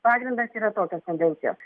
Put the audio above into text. pagrindas yra tokios tendencijos